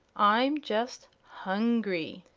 i'm just hungry.